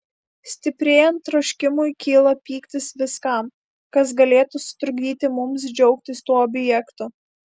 stiprėjant troškimui kyla pyktis viskam kas galėtų sutrukdyti mums džiaugtis tuo objektu